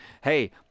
Hey